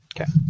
Okay